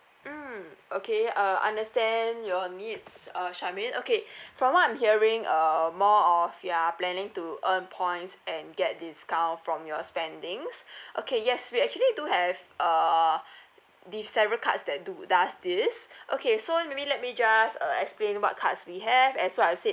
mm okay uh understand your needs uh charmaine okay from what I'm hearing uh more of you're planning to earn points and get discount from your spendings okay yes we actually do have uh these several cards that do does this okay so maybe let me just uh explain what cards we have as well I said the